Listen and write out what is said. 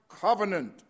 covenant